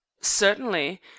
Certainly